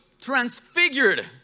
transfigured